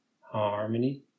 harmony